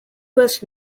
was